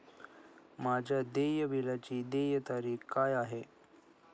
माझ्या देय बिलाची देय तारीख काय आहे?